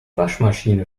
waschmaschine